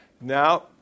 Now